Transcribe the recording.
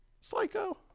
Psycho